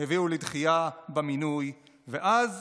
הביאו לדחייה במינוי ואז